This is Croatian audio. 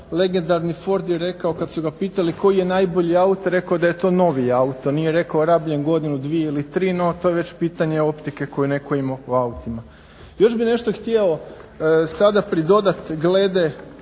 legendarni Ford je rekao kad su ga pitali koji je najbolji auto rekao je da je to novi auto, nije rekao rabljen godinu, dvije ili tri, no to je već pitanje optike koju je netko imao o autima. Još bih nešto htio sada pridodati glede